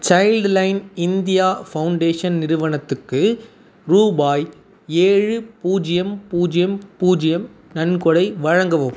child line India foundation நிறுவனத்துக்கு ரூபாய் ஏழு பூஜ்ஜியம் பூஜ்ஜியம் பூஜ்ஜியம் நன்கொடை வழங்கவும்